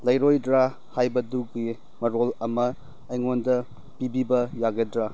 ꯂꯩꯔꯣꯏꯗ꯭ꯔ ꯍꯥꯏꯕꯗꯨꯒꯤ ꯃꯔꯣꯜ ꯑꯃ ꯑꯩꯉꯣꯟꯗ ꯄꯤꯕꯤꯕ ꯌꯥꯒꯗ꯭ꯔ